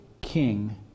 king